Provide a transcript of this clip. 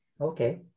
Okay